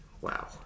wow